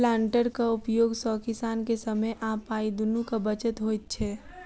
प्लांटरक उपयोग सॅ किसान के समय आ पाइ दुनूक बचत होइत छै